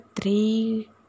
three